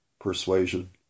persuasion